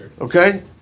okay